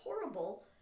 horrible